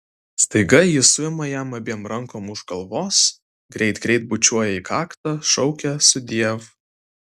staiga ji suima jam abiem rankom už galvos greit greit bučiuoja į kaktą šaukia sudiev